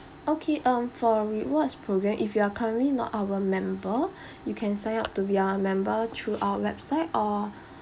okay um for rewards program if you are currently not our member you can sign up to be our member through our website or